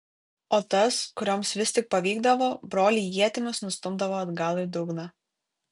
o tas kurioms vis tik pavykdavo broliai ietimis nustumdavo atgal į dugną